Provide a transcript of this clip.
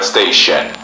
Station